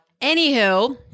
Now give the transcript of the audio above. Anywho